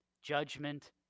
Judgment